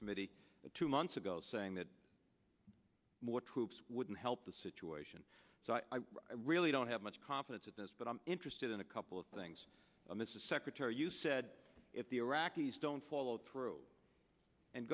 committee that two months ago saying that more troops wouldn't help the situation so i really don't have much confidence at this but i'm interested in a couple of things mrs secretary you said if the iraqis don't follow through and